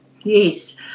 Yes